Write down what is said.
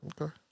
Okay